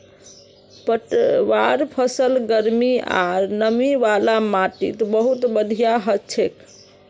पटवार फसल गर्मी आर नमी वाला माटीत बहुत बढ़िया हछेक